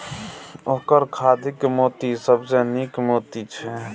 ओकर खाधिक मोती सबसँ नीक मोती छै